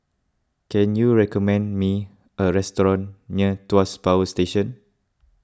can you recommend me a restaurant near Tuas Power Station